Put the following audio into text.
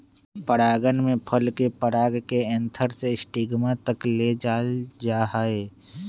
परागण में फल के पराग के एंथर से स्टिग्मा तक ले जाल जाहई